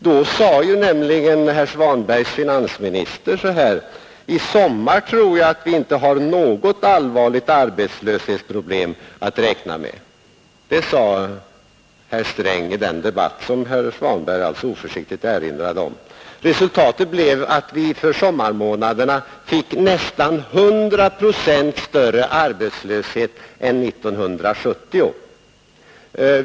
Då sade nämligen herr Svanbergs finansminister: ”I sommar tror jag inte att vi har något allvarligt arbetslöshetsproblem att räkna med.” Resultatet blev emellertid att vi för sommarmånaderna fick nästan 100 procent större arbetslöshet än 1970.